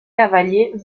cavaliers